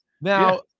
Now